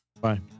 Bye